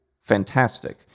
fantastic